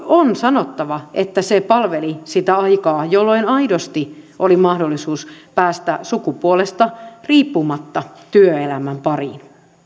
on sanottava että se palveli sitä aikaa jolloin aidosti oli mahdollisuus päästä sukupuolesta riippumatta työelämän pariin